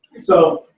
so.